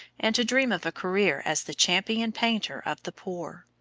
and to dream of a career as the champion painter of the poor.